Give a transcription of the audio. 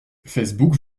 facebook